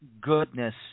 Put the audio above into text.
goodness